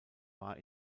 war